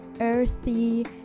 earthy